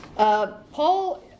Paul